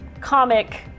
comic